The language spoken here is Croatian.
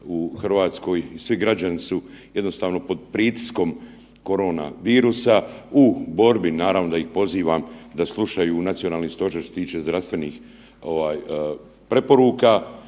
u RH, svi građani su jednostavno pod pritiskom koronavirusa u borbi, naravno da ih pozivam da slušaju Nacionalni stožer što se tiče zdravstvenih ovaj preporuka.